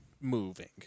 moving